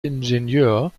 ingenieur